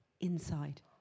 inside